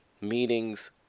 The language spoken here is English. meetings